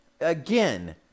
again